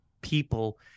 people